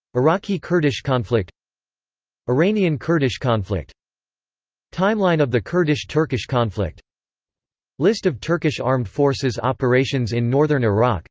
iraqi-kurdish conflict iranian-kurdish conflict timeline of the kurdish-turkish conflict list of turkish armed forces operations in northern iraq